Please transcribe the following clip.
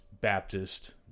Baptist